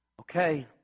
okay